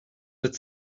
that